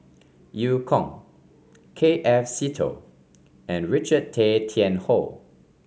Eu Kong K F Seetoh and Richard Tay Tian Hoe